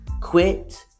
quit